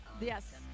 yes